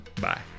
bye